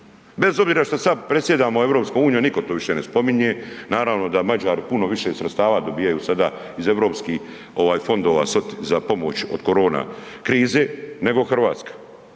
bez obzira što sada predsjedamo EU nitko to više ne spominje, naravno da Mađari puno više sredstava dobijaju sada iz EU ovaj fondova za pomoć od korona krize nego Hrvatska.